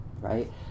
right